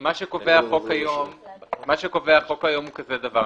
מה שקובע החוק היום הוא כזה דבר.